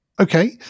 Okay